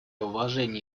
уважение